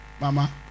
mama